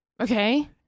Okay